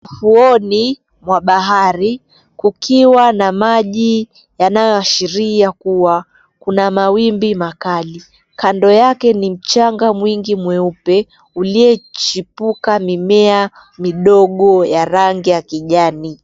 Ufuoni mwa bahari kukiwa na maji yanayoashiria kuwa kuna mawimbi makali. Kando yake ni mchanga mwingi mweupe uliechipuka mimea midogo ya rangi ya kijani.